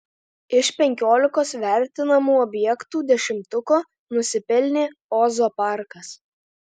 iš penkiolikos vertinamų objektų dešimtuko nusipelnė ozo parkas